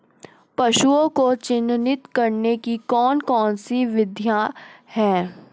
पशुओं को चिन्हित करने की कौन कौन सी विधियां हैं?